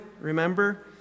remember